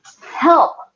help